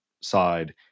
side